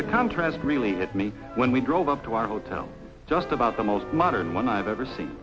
the contrast really hit me when we drove up to our hotel just about the most modern one i've ever seen